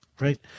Right